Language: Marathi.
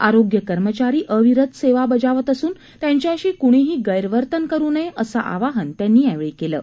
आरोग्य कर्मचारी अविरत सेवा बजावत असून त्यांच्याशी कुणीही ग्रष्टवर्तन करु नये असं आवाहन त्यांनी केलं आहे